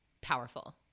powerful